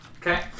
Okay